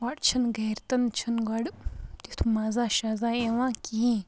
گۄڈٕ چھِنہٕ گَرِ تہِ چھِنہٕ تِیُتھ مَزا شیزا یِوان کینٛہہ